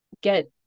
get